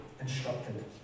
instructed